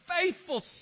faithful